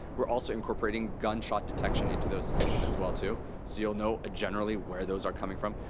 we're also incorporating gunshot detection into those systems, as well, too, so you'll know generally where those are coming from.